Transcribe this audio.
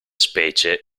specie